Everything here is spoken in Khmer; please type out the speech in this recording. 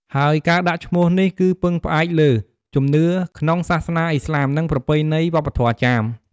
ហើយការដាក់ឈ្មោះនេះគឺពឹងផ្អែកលើ ជំនឿក្នុងសាសនាឥស្លាម និងប្រពៃណីវប្បធម៌ចាម។